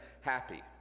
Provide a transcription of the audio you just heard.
happy